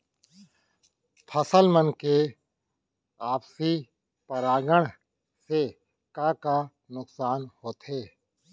फसल मन के आपसी परागण से का का नुकसान होथे?